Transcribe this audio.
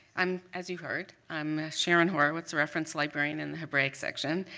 i'm, as you heard, i'm sharon horowitz, reference librarian in the hebraic section.